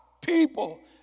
people